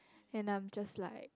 and I'm just like